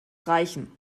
reichen